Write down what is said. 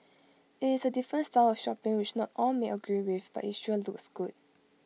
IT is A different style of shopping which not all may agree with but IT sure looks good